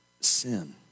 sin